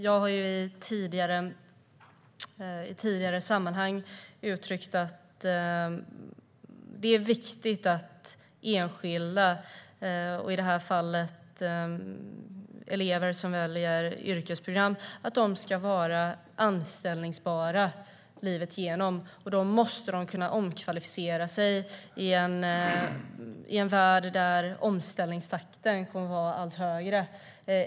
Jag har i tidigare sammanhang uttryckt att det är viktigt att enskilda elever, och i detta fall elever som väljer yrkesprogram, ska vara anställbara livet igenom. Då måste de kunna omkvalificera sig i en värld där omställningstakten kommer att vara allt högre.